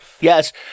yes